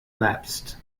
lapsed